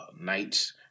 nights